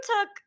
took